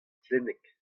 stlenneg